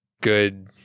good